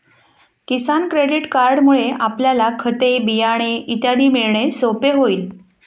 किसान credit कार्डमुळे आपल्याला खते, बियाणे इत्यादी मिळणे सोपे होईल